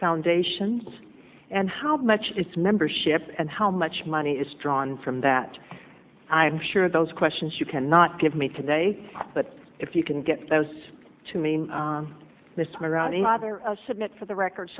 foundations and how much is membership and how much money is drawn from that i'm sure those questions you cannot give me today but if you can get those to mean mr submit for the record